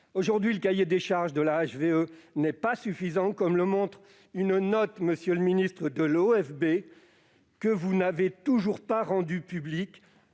Aujourd'hui, le cahier des charges de la HVE n'est pas suffisant, comme le montre une note de l'OFB, que vous n'avez toujours pas rendue publique,